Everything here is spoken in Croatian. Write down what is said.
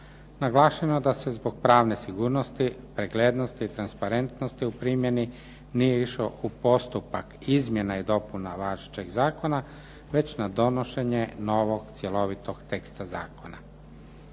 Naglašeno je da se zbog pravne sigurnosti, preglednosti i transparentnosti u primjeni nije išao u postupak izmjena i dopuna važećeg zakona već na donošenje novog cjelovitog teksta zakona.